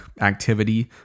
activity